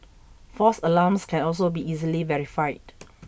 false alarms can also be easily verified